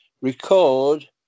record